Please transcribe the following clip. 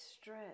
stress